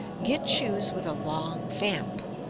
get shoes with a long vamp.